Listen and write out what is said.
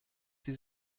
sie